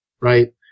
right